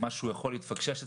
משהו יכול להתפקשש אצלנו,